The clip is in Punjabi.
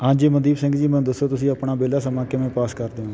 ਹਾਂਜੀ ਮਨਦੀਪ ਸਿੰਘ ਜੀ ਮੈਨੂੰ ਦੱਸੋ ਤੁਸੀਂ ਆਪਣਾ ਵਿਹਲਾ ਸਮਾਂ ਕਿਵੇਂ ਪਾਸ ਕਰਦੇ ਹੋ